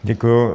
Děkuju.